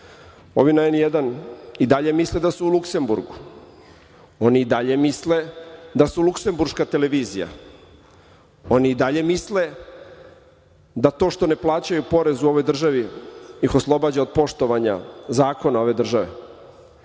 Oni na N1 i dalje misle da su u Luksemburgu, oni i dalje misle da su luksemburška televizija, oni i dalje misle da to što ne plaćaju porez ovoj državi nek oslobađa od poštovanja zakona ove